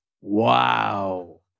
Wow